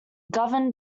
governed